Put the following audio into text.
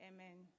Amen